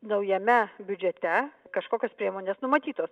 naujame biudžete kažkokios priemonės numatytos